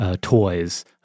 toys